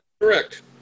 Correct